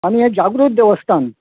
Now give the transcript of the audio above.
आनी हें जागृत देवस्थान